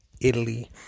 Italy